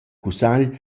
cussagl